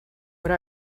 what